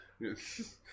Yes